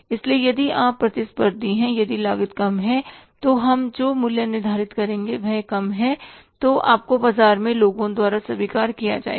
इसलिए यदि आप बहुत प्रतिस्पर्धी हैं यदि लागत कम है तो हम जो मूल्य निर्धारित करेंगे वह कम है तो आपको बाजार में लोगों द्वारा स्वीकार किया जाएगा